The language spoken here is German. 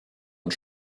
und